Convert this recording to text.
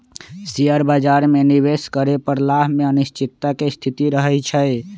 share बाजार में निवेश करे पर लाभ में अनिश्चितता के स्थिति रहइ छइ